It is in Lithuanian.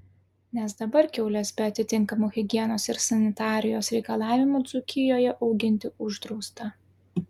nes dabar kiaules be atitinkamų higienos ir sanitarijos reikalavimų dzūkijoje auginti uždrausta